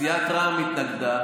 סיעת רע"מ התנגדה.